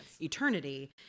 eternity